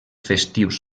festius